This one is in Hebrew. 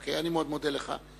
אוקיי, אני מאוד מודה לך.